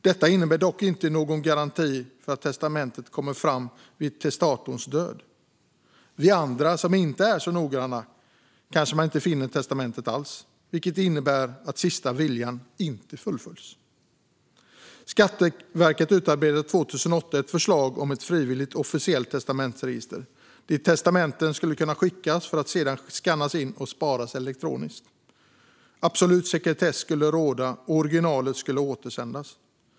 Detta innebär dock inte någon garanti för att testamentet kommer fram vid testatorns död. När det gäller oss andra som inte är så noggranna kanske man inte finner testamentet alls, vilket innebär att sista viljan inte fullföljs. Skatteverket utarbetade 2008 ett förslag om ett frivilligt officiellt testamentsregister dit testamenten skulle kunna skickas för att sedan skannas in och sparas elektroniskt. Absolut sekretess skulle råda, och originalet skulle återsändas.